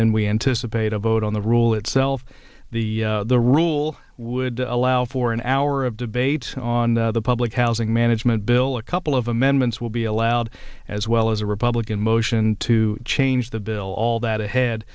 then we anticipate a vote on the rule itself the the rule would allow for an hour of the on the public housing management bill a couple of amendments will be allowed as well as a republican motion to change the bill all that